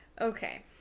Okay